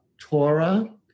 Torah